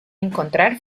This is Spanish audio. encontrar